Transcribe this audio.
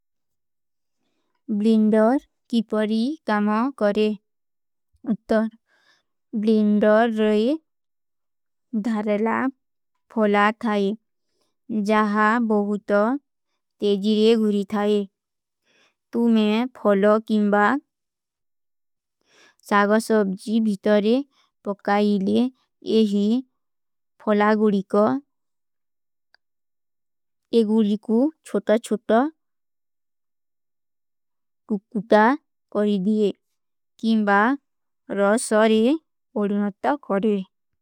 ବ୍ଲେଂଡର କୀପରୀ କାମା କରେ। ଉତ୍ତର, ବ୍ଲେଂଡର ରହେ ଧାରଲା ଫୋଲା ଥାଈ। ଜାହା ବହୁତ ତେଜିରେ ଗୁରୀ ଥାଈ। ତୁମେଂ ଫୋଲୋ କିମବାଗ ସାଗଃ ସବଜୀ ଭୀତରେ ପକାଈ ଲେ ଏହୀ ଫୋଲା ଗୁରୀ କା ଏ ଗୁରୀ କୁ ଛୋଟା-ଛୋଟା କୁକୁଟା କରେ ଦିଯେ। କିମବାଗ ରହ ସାଡେ ଓରୁନତା କରେ।